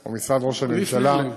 או משרד ראש הממשלה,